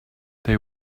they